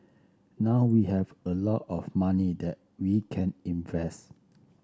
now we have a lot of money that we can invest